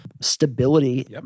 stability